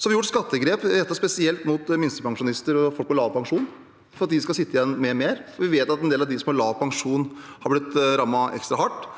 Så har vi gjort skattegrep rettet spesielt mot minstepensjonister og folk med lav pensjon for at de skal sitte igjen med mer, for vi vet at en del av de som har lav pensjon, har blitt rammet ekstra hardt.